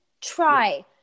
Try